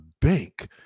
bank